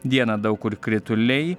dieną daug kur krituliai